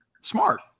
smart